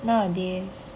nowadays